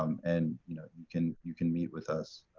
um and you know you can you can meet with us.